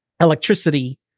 electricity